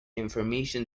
information